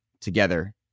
together